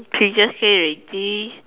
pigeons say already